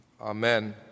Amen